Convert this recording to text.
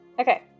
Okay